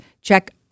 check